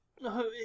No